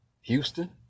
Houston